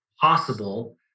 possible